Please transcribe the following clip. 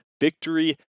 victory